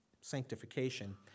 sanctification